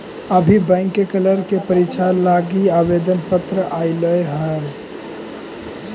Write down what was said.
अभी बैंक के क्लर्क के रीक्षा लागी आवेदन पत्र आएलई हल